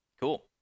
Cool